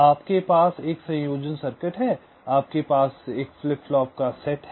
आपके पास एक संयोजन सर्किट है आपके पास फ्लिप फ्लॉप का एक सेट है